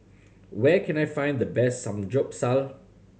where can I find the best Samgyeopsal